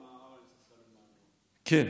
כן.